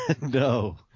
No